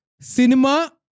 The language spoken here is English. cinema